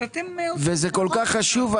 אז אתם עושים --- וזה כל כך חשוב,